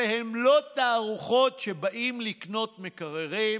אלה לא תערוכות שבאים לקנות מקררים,